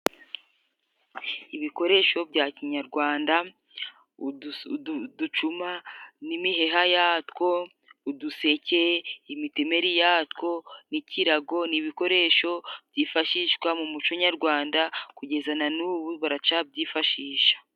Ibikoresho bya kinyarwanda, uducuma n'imiheha ya two, uduseke, imitemeri ya two n'kirago, ni bikoresho byifashishwa mu muco nyarwanda, kugeza na n'ubu baracabyifashisha.